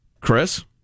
Chris